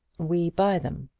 we buy them.